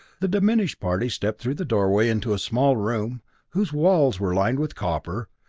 the diminished party stepped through the doorway into a small room whose walls were lined with copper,